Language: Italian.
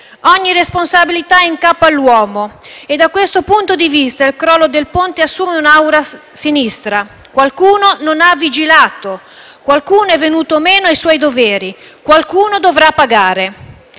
Ogni responsabilità è in capo all’uomo e da questo punto di vista il crollo del ponte assume un’aura sinistra. Qualcuno non ha vigilato; qualcuno è venuto meno ai suoi doveri; qualcuno dovrà pagare.